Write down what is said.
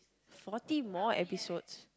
forty more episodes